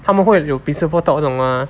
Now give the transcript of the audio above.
他们会有 principal talk 这种 mah